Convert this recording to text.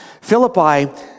Philippi